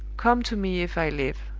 come to me if i live.